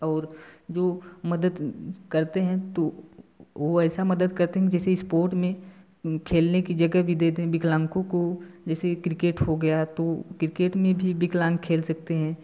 और जो मदद करते हैं तो वो ऐसा मदद करते जैसे स्पोट में खेलने के जगह भी दे देते विकलांगों को जैसे क्रिकेट हो गया तो क्रिकेट में भी विकलांग खेल सकते हैं